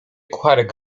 kucharek